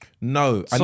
No